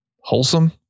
wholesome